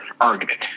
argument